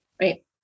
Right